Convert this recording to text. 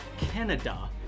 Canada